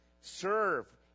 Serve